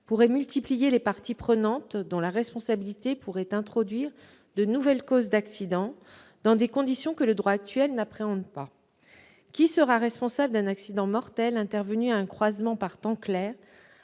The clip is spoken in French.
pourrait multiplier les parties prenantes et introduire de nouvelles causes d'accidents, dans des conditions que le droit actuel n'appréhende pas. Qui sera responsable d'un accident mortel survenu à un croisement par temps clair,